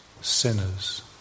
sinners